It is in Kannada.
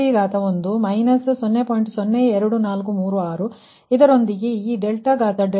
02436 ಇದರೊಂದಿಗೆ ಈ 2 ದೊಂದಿಗೆ 4